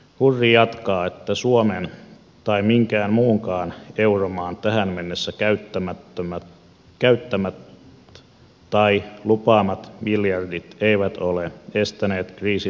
hurri jatkaa että suomen tai minkään muunkaan euromaan tähän mennessä käyttämät tai lupaamat miljardit eivät ole estäneet kriisin leviämistä